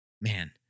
man